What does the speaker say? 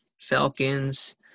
Falcons